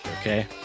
okay